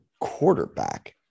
quarterback